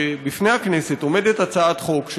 שבפני הכנסת עומדת הצעת חוק,